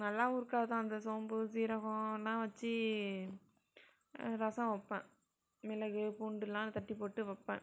நல்லாவும் இருக்காதுதான் அந்த சோம்பு சீரகம் எல்லாம் வெச்சி ரசம் வைப்பேன் மிளகு பூண்டுலாம் தட்டி போட்டு வைப்பேன்